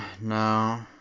no